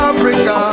Africa